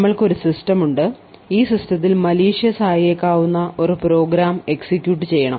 നമ്മൾക്കു ഒരു സിസ്റ്റം ഉണ്ട് ഈ സിസ്റ്റത്തിൽ മലീഷ്യസ് ആയേക്കാവുന്ന ഒരു പ്രോഗ്രാം എക്സിക്യൂട്ട് ചെയ്യണം